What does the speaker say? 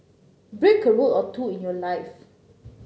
break a rule or two in your life